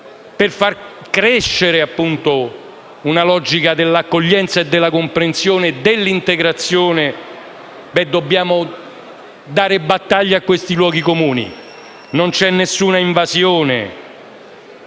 per far crescere una logica dell'accoglienza, della comprensione e dell'integrazione, dobbiamo dare battaglia a questi luoghi comuni. Non c'è nessuna invasione,